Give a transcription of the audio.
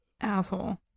Asshole